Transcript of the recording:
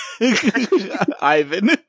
Ivan